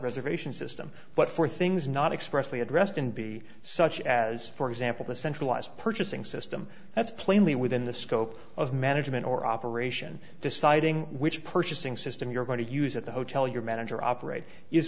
reservation system but for things not expressly addressed in b such as for example the centralized purchasing system that's plainly within the scope of management or operation deciding which purchasing system you're going to use at the hotel your manager operate is